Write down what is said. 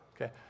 okay